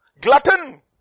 Glutton